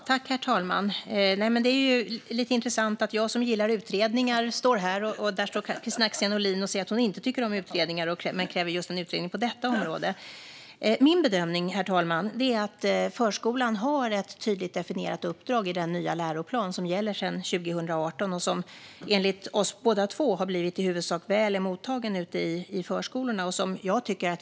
Herr talman! Det är lite intressant att jag gillar utredningar medan Kristina Axén Olin, som säger att hon inte tycker om utredningar, kräver just en utredning på detta område. Min bedömning, herr talman, är att förskolan har ett tydligt definierat uppdrag i den nya läroplan som gäller sedan 2018, och som enligt oss båda två har blivit i huvudsak väl mottagen ute i förskolorna.